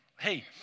Hey